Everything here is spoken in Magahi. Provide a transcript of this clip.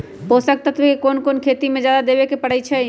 पोषक तत्व क कौन कौन खेती म जादा देवे क परईछी?